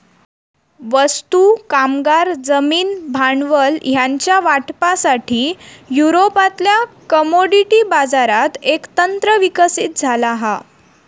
वस्तू, कामगार, जमीन, भांडवल ह्यांच्या वाटपासाठी, युरोपातल्या कमोडिटी बाजारात एक तंत्र विकसित झाला हा